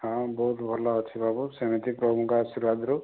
ହଁ ବହୁତ ଭଲ ଅଛି ବାବୁ ସେମିତି ପ୍ରଭୁଙ୍କ ଆଶୀର୍ବାଦରୁ